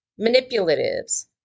manipulatives